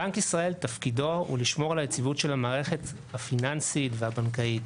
בנק ישראל תפקידו הוא לשמור על יציבות המערכת הפיננסית והבנקאית.